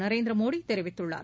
நரேந்திர மோடி தெரிவித்துள்ளார்